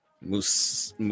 Moose